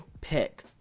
pick